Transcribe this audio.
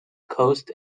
coast